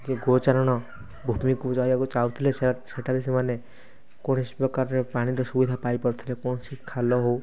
ଯେଉଁ ଗୋଚାରଣ ଭୂମିକୁ ଯାଉଥିଲେ ସେଠାରେ ସେମାନେ କୌଣସି ପ୍ରକାର ପାଣିର ସୁବିଧା ପାଇପାରୁଥିଲେ କୌଣସି ଖାଲ ହେଉ